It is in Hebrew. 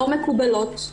לא מקובלות,